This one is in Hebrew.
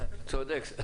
נחמיה קינד איתנו?